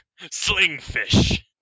Slingfish